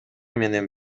менен